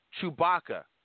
Chewbacca